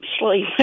sleep